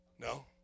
No